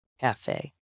Cafe